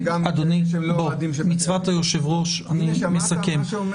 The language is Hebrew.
--- במצוות היושב-ראש, אני מסכם.